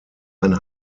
ein